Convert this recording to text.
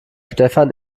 stefan